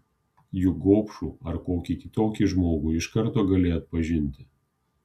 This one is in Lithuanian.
juk gobšų ar kokį kitokį žmogų iš karto gali atpažinti